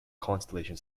constellation